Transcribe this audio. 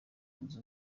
zunze